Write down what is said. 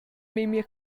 memia